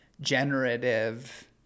generative